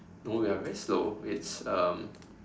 no we're very slow it's um